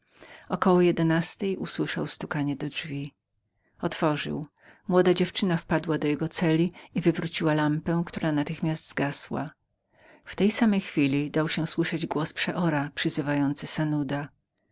około jedenastej usłyszał stukanie do drzwi otworzył młoda dziewczyna wpadła do jego celi i wywróciła lampę która natychmiast zagasła w tej chwili dał się słyszeć głos przeora przyzywający sanuda